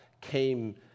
came